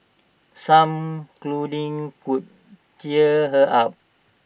some cuddling could cheer her up